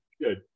Good